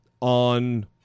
on